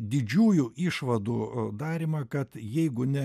didžiųjų išvadų darymą kad jeigu ne